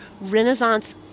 Renaissance